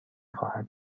خواهد